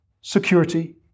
security